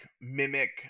mimic